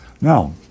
Now